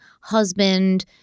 husband –